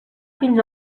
fins